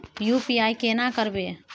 UPI केना करबे?